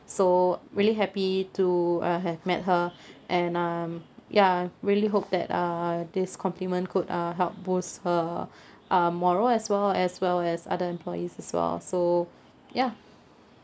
so really happy to uh have met her and um ya really hope that uh this compliment could uh help boost her uh morale as well as well as other employees as well so ya